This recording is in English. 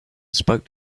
spoke